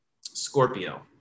Scorpio